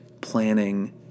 planning